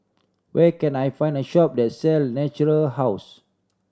where can I find a shop that sell Natura House